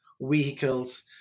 vehicles